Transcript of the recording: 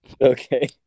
Okay